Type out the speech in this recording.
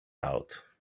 out